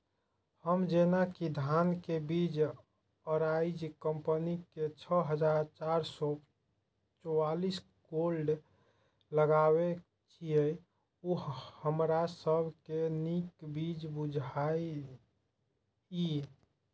हम जेना कि धान के बीज अराइज कम्पनी के छः हजार चार सौ चव्वालीस गोल्ड लगाबे छीय उ हमरा सब के नीक बीज बुझाय इय?